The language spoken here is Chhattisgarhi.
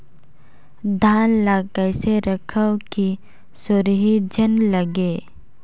धान ल कइसे रखव कि सुरही झन लगे?